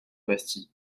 bastille